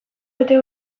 bete